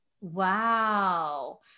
Wow